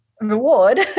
reward